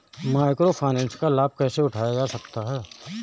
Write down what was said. Micro finance का लाभ कैसे उठाया जा सकता है?